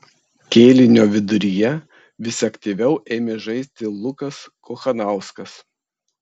kėlinio viduryje vis aktyviau ėmė žaisti lukas kochanauskas